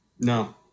No